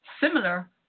similar